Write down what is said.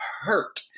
hurt